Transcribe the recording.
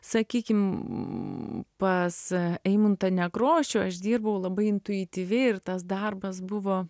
sakykim pas eimuntą nekrošių aš dirbau labai intuityviai ir tas darbas buvo